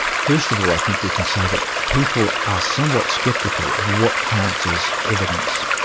first of all i think we can say that people are somewhat sceptical of what counts as evidence,